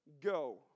go